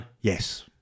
yes